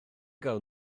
gael